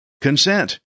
consent